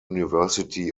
university